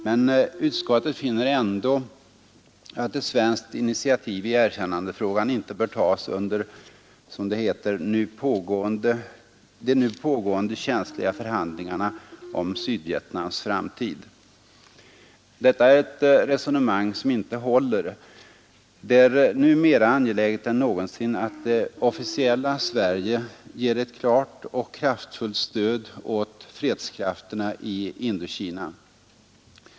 Men utskottet finner ändå att ett svenskt initiativ i erkännandefrågan inte bör tas under, som det heter, ”de nu pågående känsliga förhandlingarna om Sydvietnams framtid”. Detta är ett resonemang som inte håller. Det är nu mera angeläget än någonsin att det officiella Sverige ger ett klart och kraftfullt stöd åt fredskråfterna i Indokina.